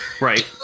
Right